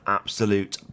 absolute